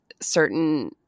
certain